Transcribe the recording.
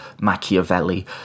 Machiavelli